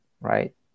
right